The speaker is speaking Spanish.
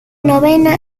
novena